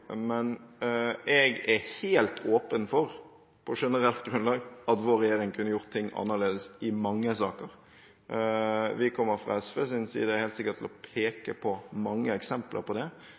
men jeg er på generelt grunnlag helt åpen for at vår regjering kunne gjort ting annerledes i mange saker. Vi kommer fra SVs side helt sikkert til å peke på mange eksempler på det